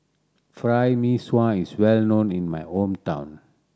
Fried Mee Sua is well known in my hometown